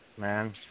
man